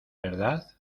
verdad